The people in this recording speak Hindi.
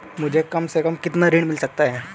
मुझे कम से कम कितना ऋण मिल सकता है?